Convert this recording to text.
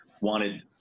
wanted